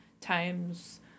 times